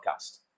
podcast